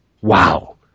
wow